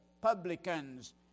publicans